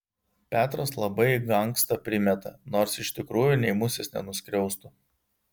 petras labai gangsta primeta nors iš tikrųjų nei musės nenuskriaustų